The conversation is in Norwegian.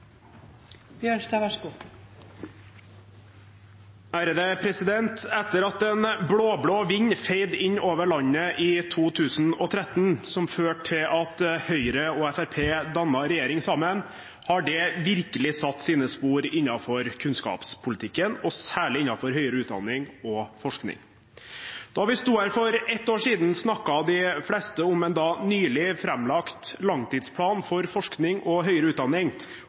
regjering sammen, har dette virkelig satt sine spor innenfor kunnskapspolitikken, og særlig innenfor høyere utdanning og forskning. Da vi stod her for ett år siden, snakket de fleste om en da nylig framlagt langtidsplan for forskning og høyere utdanning,